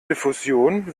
diffusion